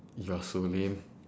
you're so lame